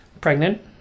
pregnant